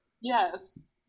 Yes